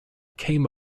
came